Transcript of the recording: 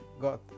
God